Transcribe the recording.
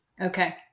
Okay